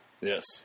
Yes